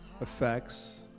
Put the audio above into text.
effects